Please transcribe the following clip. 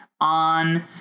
on